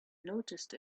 noticed